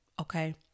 Okay